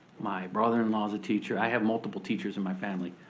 my brother-in-law's a teacher. i have multiple teachers in my family.